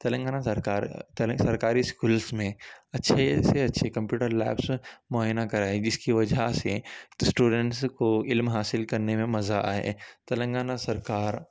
تلنگانہ سرکار سرکاری اسکولس میں اچھے سے اچھی کمپیوٹر لیبس معائنہ کرائے جس کی وجہ سے اسٹوڈینٹس کو علم حاصل کرنے میں مزہ آئے تلنگانہ سرکار